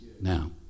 Now